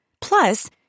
Plus